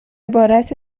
عبارت